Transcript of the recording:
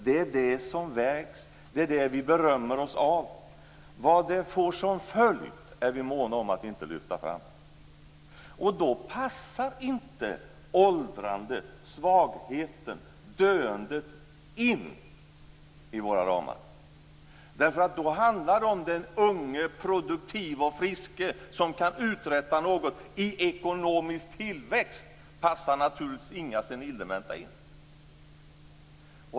Det är det som vägs och det är det som vi berömmer oss av. Vad följden därav blir är vi måna om att inte lyfta fram. Då passar inte åldrandet, svagheten och döendet in i våra ramar. Då handlar det nämligen om den unge produktive och friske som kan uträtta något. När det gäller ekonomisk tillväxt passar naturligtvis inga senildementa in.